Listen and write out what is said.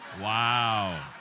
Wow